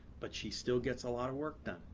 but she still gets a lot of work done,